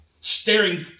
staring